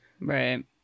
Right